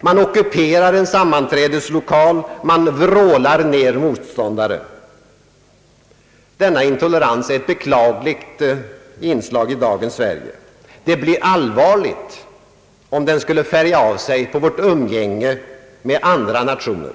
Man ockuperar en sammanträdeslokal, man vrålar ner motståndare. Denna intolerans är ett beklagligt inslag i dagens Sverige. Det blir allvarligt om den skulle färga av sig på vårt umgänge med andra nationer.